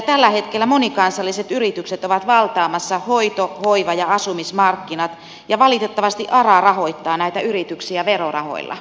tällä hetkellä monikansalliset yritykset ovat valtaamassa hoito hoiva ja asumismarkkinat ja valitettavasti ara rahoittaa näitä yrityksiä verorahoilla